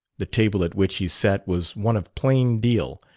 the table at which he sat was one of plain deal,